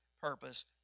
purpose